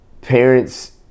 parents